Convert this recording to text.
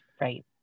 right